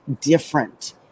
different